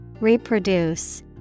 Reproduce